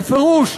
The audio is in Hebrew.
בפירוש,